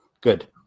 Good